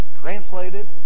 translated